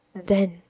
then,